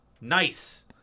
nice